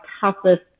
toughest